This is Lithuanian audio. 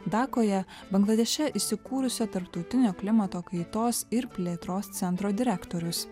dakoje bangladeše įsikūrusio tarptautinio klimato kaitos ir plėtros centro direktorius